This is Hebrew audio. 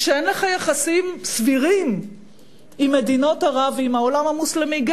כשאין לך יחסים סבירים עם מדינות ערב ועם העולם המוסלמי,